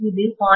இது 0